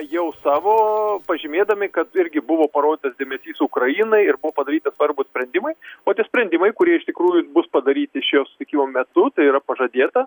jau savo pažymėdami kad irgi buvo parodytas dėmesys ukrainai ir buvo padaryti svarbūs sprendimai o tie sprendimai kurie iš tikrųjų bus padaryti šio sutikimo metu tai yra pažadėta